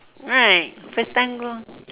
right first time go